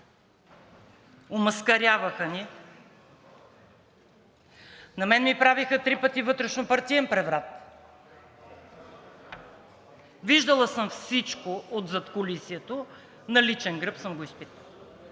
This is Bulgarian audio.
омаскаряваха ни, на мен ми правиха три пъти вътрешнопартиен преврат, виждала съм всичко от задкулисието, на личен гръб съм го изпитала,